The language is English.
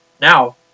now